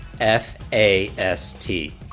F-A-S-T